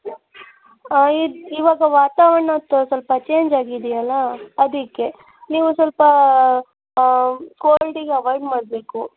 ಇದು ಇವಾಗ ವಾತಾವರಣ ಸ್ವಲ್ಪ ಚೇಂಜ್ ಆಗಿದೆಯಲ್ಲ ಅದಕ್ಕೆ ನೀವು ಸ್ವಲ್ಪ ಕೋಲ್ಡಿಗೆ ಅವೈಡ್ ಮಾಡಬೇಕು